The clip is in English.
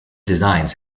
designs